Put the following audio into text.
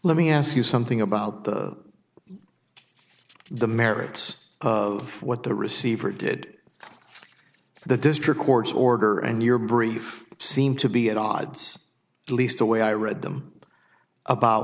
let me ask you something about the merits of what the receiver did the district court's order and your brief seem to be at odds the least the way i read them about